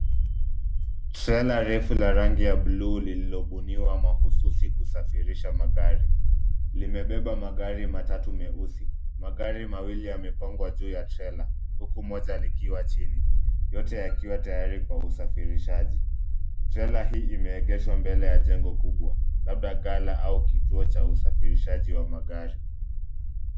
Trela refu la rangi ya bluu, lililobuniwa mahususi kusafirisha magari, limebeba magari matatu meusi. Magari mawili yamepangwa juu ya trela, huku moja likiwa chini, yote yakiwa tayari kwa usafirishaji. Trela hii imeegeshwa mbele ya jengo kubwa labda gala au kituo cha usafirishaji wa magari.